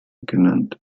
genannt